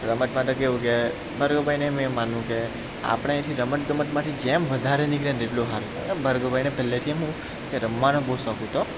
રમતમાં તો કેવું કે ભાર્ગવભાઈનું એવું એમ માનવું કે આપણે અહીથી રમત ગમતમાંથી જેમ વધારે નીકળે ને એટલું સારું ભાર્ગવભાઈને પહેલેથી શું કે રમવાનો બહુ શોખ હતો